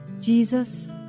Jesus